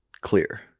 clear